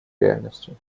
реальностью